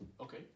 Okay